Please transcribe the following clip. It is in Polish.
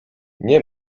nie